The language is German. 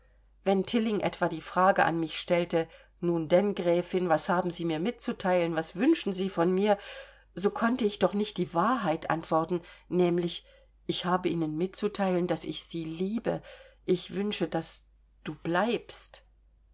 wenn tilling etwa die frage an mich stellte nun denn gräfin was haben sie mir mitzuteilen was wünschen sie von mir so konnte ich doch nicht die wahrheit antworten nämlich ich habe ihnen mitzuteilen daß ich sie liebe ich wünsche daß du bleibst